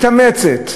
מתאמצת,